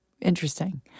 interesting